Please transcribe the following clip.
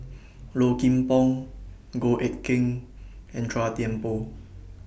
Low Kim Pong Goh Eck Kheng and Chua Thian Poh